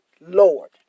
Lord